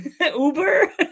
Uber